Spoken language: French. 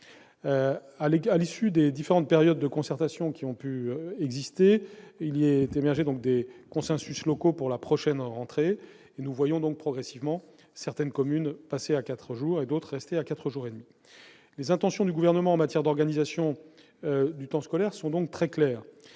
À l'issue des différentes périodes de concertation qui se sont succédé, des consensus locaux ont émergé pour la prochaine rentrée. Nous voyons progressivement certaines communes passer à quatre jours et d'autres rester à quatre jours et demi. Les intentions du Gouvernement en matière d'organisation du temps scolaire sont donc très claires.